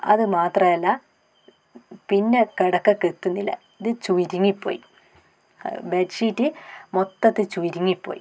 അത് മാത്രമല്ല പിന്നെ കിടക്കക്ക് എത്തുന്നില്ല ഇത് ചുരുങ്ങിപ്പോയി ബെഡ്ഷീറ്റ് മൊത്തത്തിൽ ചുരുങ്ങി പോയി